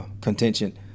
contention